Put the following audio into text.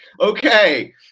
okay